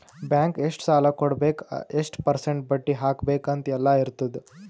bank ಎಷ್ಟ ಸಾಲಾ ಕೊಡ್ಬೇಕ್ ಎಷ್ಟ ಪರ್ಸೆಂಟ್ ಬಡ್ಡಿ ಹಾಕ್ಬೇಕ್ ಅಂತ್ ಎಲ್ಲಾ ಇರ್ತುದ್